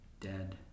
dead